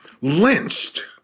lynched